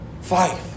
Five